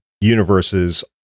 universes